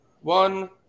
one